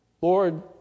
Lord